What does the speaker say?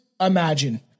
imagine